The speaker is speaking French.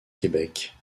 québec